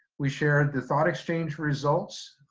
we shared the thought exchange results.